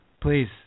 Please